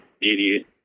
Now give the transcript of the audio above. idiot